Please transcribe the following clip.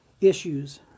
issues